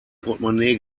portmonee